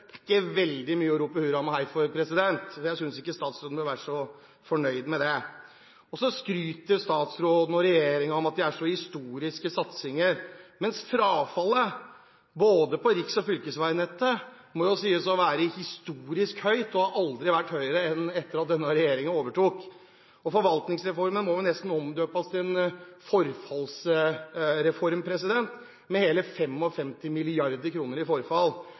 at det er så historiske satsinger, mens frafallet – på både riks- og fylkesveinettet – må sies å være historisk høyt. Det har aldri vært høyere enn etter at denne regjeringen overtok. Forvaltningsreformen må nesten omdøpes til en forfallsreform, med hele 55 mrd. kr i forfall.